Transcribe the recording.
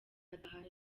adahari